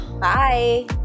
bye